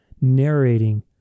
narrating